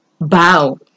bow